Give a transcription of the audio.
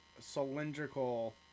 cylindrical